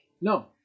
No